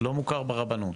לא מוכר ברבנות.